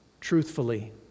truthfully